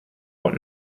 what